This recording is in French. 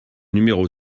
numéro